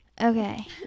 Okay